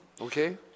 okay